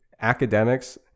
academics